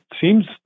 seems